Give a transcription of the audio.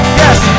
yes